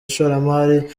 ishoramari